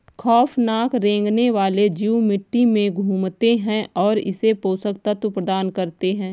खौफनाक रेंगने वाले जीव मिट्टी में घूमते है और इसे पोषक तत्व प्रदान करते है